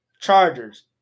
Chargers